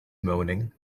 moaning